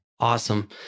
Awesome